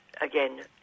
again